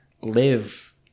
live